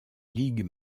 ligues